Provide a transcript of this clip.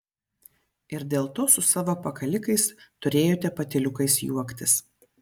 ir dėl to su savo pakalikais turėjo patyliukais juoktis